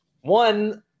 One